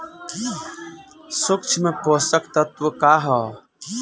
सूक्ष्म पोषक तत्व का ह?